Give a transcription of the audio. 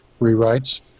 rewrites